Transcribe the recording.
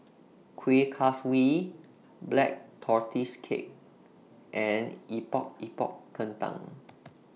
Kuih Kaswi Black Tortoise Cake and Epok Epok Kentang